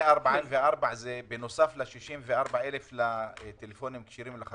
144 זה בנוסף ל-64,000 לטלפונים כשרים לחרדים?